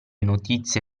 notizie